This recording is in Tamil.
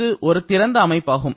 இது ஒரு திறந்த அமைப்பாகும்